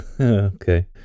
okay